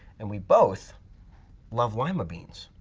and we both love lima beans.